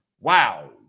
Wow